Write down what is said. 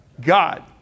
God